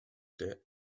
debt